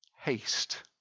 haste